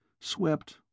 swept